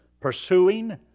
pursuing